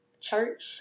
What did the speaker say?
church